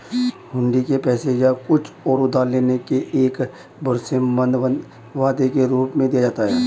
हुंडी को पैसे या कुछ और उधार लेने के एक भरोसेमंद वादे के रूप में दिया जाता है